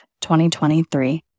2023